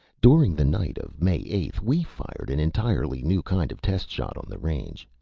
during the night of may eighth, we fired an entirely new kind of test shot on the range.